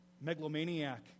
megalomaniac